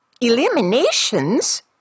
Eliminations